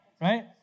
right